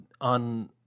on